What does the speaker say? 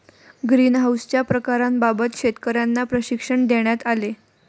ग्रीनहाउसच्या प्रकारांबाबत शेतकर्यांना प्रशिक्षण देण्यात आले